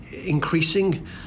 increasing